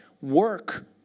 Work